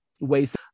ways